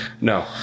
No